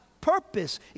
purpose